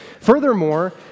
Furthermore